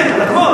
כן, על הכול.